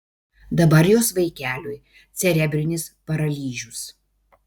dabar jos vaikeliui cerebrinis paralyžius